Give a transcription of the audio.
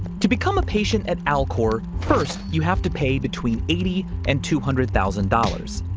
to become a patient at alcor. first you have to pay between eighty and two hundred thousand dollars,